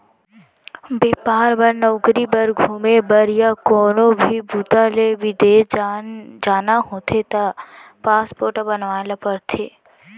बेपार बर, नउकरी बर, घूमे बर य कोनो भी बूता ले बिदेस जाना होथे त पासपोर्ट बनवाए ल परथे